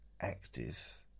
active